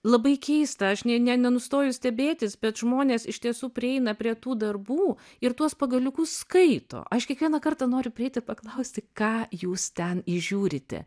labai keista aš nei ne nenustoju stebėtis bet žmonės iš tiesų prieina prie tų darbų ir tuos pagaliukus skaito aš kiekvieną kartą noriu prieiti ir paklausti ką jūs ten įžiūrite